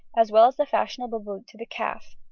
as well as the fashionable boot to the calf.